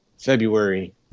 february